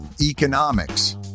economics